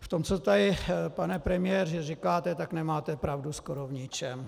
V tom, co tady, pane premiére, říkáte, tak nemáte pravdu skoro v ničem.